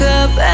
up